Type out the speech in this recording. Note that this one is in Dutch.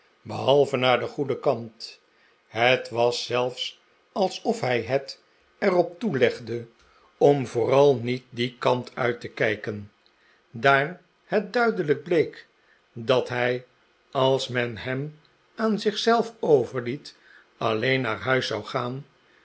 behalve naar den goeden kant het was zelfs alsof hij het er op toelegde om vooral niet dien kant uit te kijken daar het duidelijk bleek dat hij als men hem aan zich zelf overliet alleen naar huis zou gaan